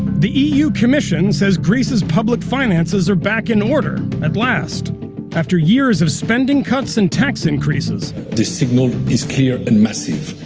the eu commission says greece's public finances are back in order, at last after years of spending cuts and tax increases. the signal is clear and massive,